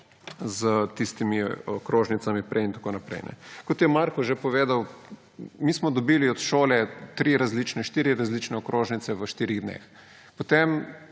s tistimi okrožnicami prej in tako naprej. Kot je Marko že povedal, mi smo dobili od šole tri različne, štiri različne okrožnice v štirih dneh. Potem